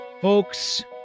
Folks